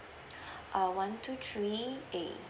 uh one two three eight